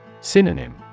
Synonym